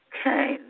Okay